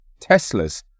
Teslas